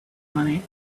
money